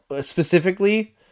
Specifically